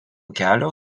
kelio